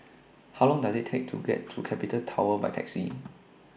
How Long Does IT Take to get to Capital Tower By Taxi